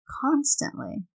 constantly